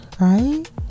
right